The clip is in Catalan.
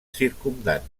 circumdant